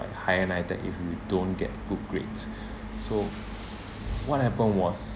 higher NITEC if you don't get good grades so what happen was